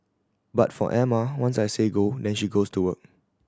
but for Emma once I say go then she goes to work